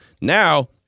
Now